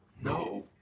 No